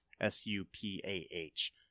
S-U-P-A-H